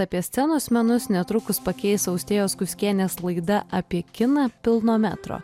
apie scenos menus netrukus pakeis austėjos kuskienės laida apie kiną pilno metro